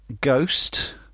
ghost